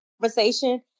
conversation